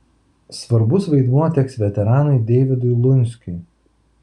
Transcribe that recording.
svarbus vaidmuo teks veteranui deivydui lunskiui